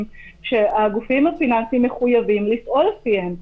שהגופים הפיננסיים מחויבים לפעול לפיהם.